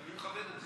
אני מכבד את זה.